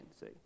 See